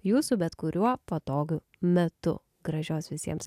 jūsų bet kuriuo patogiu metu gražios visiems